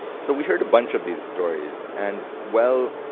so we heard a bunch of these stories, and well,